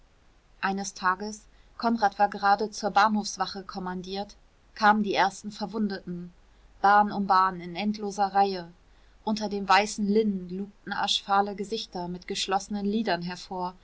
eines tages konrad war gerade zur bahnhofswache kommandiert kamen die ersten verwundeten bahn um bahn in endloser reihe unter den weißen linnen lugten aschfahle gesichter mit geschlossenen lidern hervor